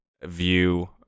view